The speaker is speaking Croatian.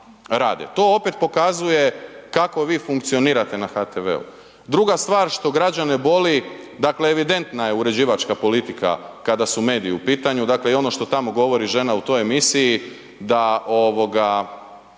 To opet pokazuje kako vi funkcionirate na HTV-u. Druga stvar što građane boli, dakle evidentna je uređivačka politika kada su mediji u pitanju, dakle i ono što tamo govori žena u toj emisiji, da vaši